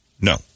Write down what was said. No